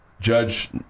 Judge